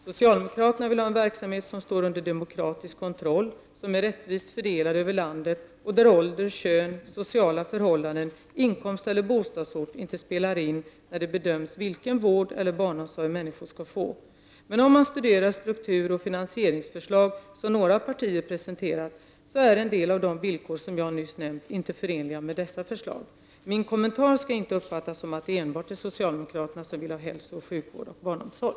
Socialdemokraterna vill ha en verksamhet som står under demokratisk kontroll, som är rättvist fördelad över landet och där ålder, kön, sociala förhållanden, inkomst eller bostadsort inte spelar in när det bedöms vilken vård eller barnomsorg människor skall få. Men om man studerar strukturoch finansieringsförslag som några partier presenterat så är en del av de villkor som jag nyss nämnt inte förenliga med dessa förslag. Min kommentar skall inte uppfattas som att det enbart är socialdemokraterna som vill ha hälsooch sjukvård och barnomsorg.